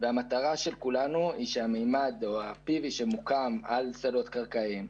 המטרה של כולנו היא שה-pv שמוקם על שדות קרקעיים,